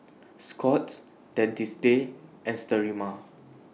Scott's Dentiste and Sterimar